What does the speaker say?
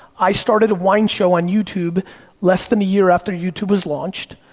i started a wine show on youtube less than a year after youtube was launched.